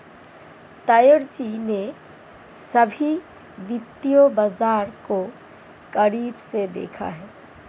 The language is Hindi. ताऊजी ने सभी वित्तीय बाजार को करीब से देखा है